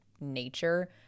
nature